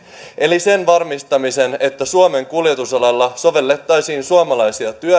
eli sen varmistamisen että suomen kuljetusalalla sovellettaisiin suomalaisia